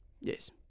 Yes